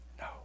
No